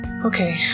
Okay